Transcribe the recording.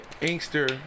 Inkster